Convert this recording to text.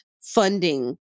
funding